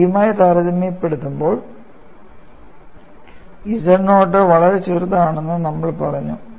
a യുമായി താരതമ്യപ്പെടുത്തുമ്പോൾ z note വളരെ ചെറുതാണെന്ന് നമ്മൾ പറഞ്ഞു